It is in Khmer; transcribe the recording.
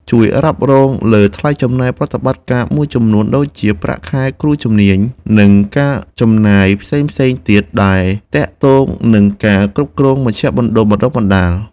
ជួយរ៉ាប់រងលើថ្លៃចំណាយប្រតិបត្តិការមួយចំនួនដូចជា ប្រាក់ខែគ្រូជំនាញ និងការចំណាយផ្សេងៗទៀតដែលទាក់ទងនឹងការគ្រប់គ្រងមជ្ឈមណ្ឌលបណ្តុះបណ្តាល។